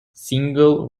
single